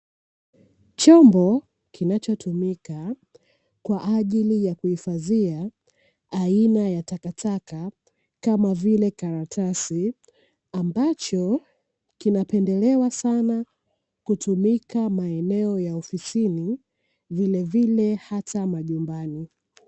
Chombo kinachotumika kwa ajili ya kuhifadhia aina ya takataka, kama vile karatasi, ambacho kinapendelewa sana kutumika maeneo ya ofisini vilevile hata majumbani.